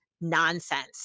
nonsense